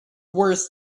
worse